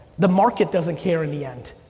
the market doesn't care in the end.